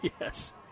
Yes